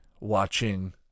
watching